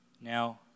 Now